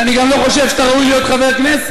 שאני גם לא חושב שאתה ראוי להיות חבר כנסת,